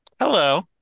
Hello